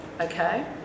okay